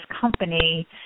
company